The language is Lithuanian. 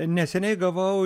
neseniai gavau